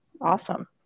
Awesome